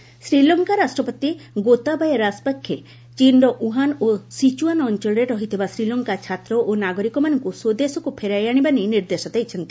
ଲଙ୍କା virus Sri Lanka ରାଷ୍ଟପତି ଗୋତାବୟେ ରାଜପକ୍ଷେ ଚୀନର Wuhan ଓ ସିଚ୍ଚଆନ୍ ଅଞ୍ଚଳରେ ରହିଥିବା ଶ୍ରୀଲଙ୍କା ଛାତ୍ର ଓ ନାଗରିକମାନଙ୍କୁ ସ୍ପଦେଶକୁ ଫେରାଇ ଆଣିବା ନେଇ ନିର୍ଦ୍ଦେଶ ଦେଇଛନ୍ତି